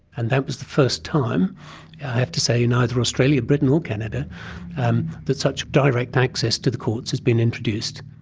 and that was the first time, i have to say, in either australia, britain or canada that such direct access to the courts has been introduced.